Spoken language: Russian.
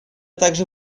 также